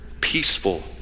peaceful